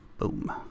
Boom